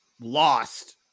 lost